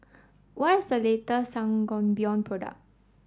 what is the latest Sangobion product